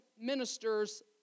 ministers